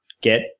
get